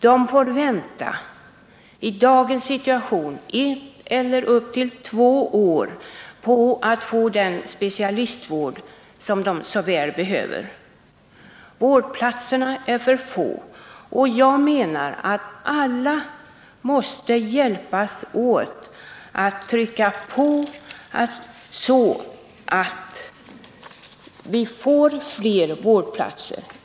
De får vänta — i dagens situation upp till två år — på den specialistvård som de så väl behöver. Vårdplatserna är för få. Alla måste hjälpas åt med att trycka på för att få flera vårdplatser.